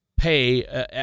pay